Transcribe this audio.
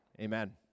Amen